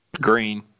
Green